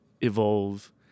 evolve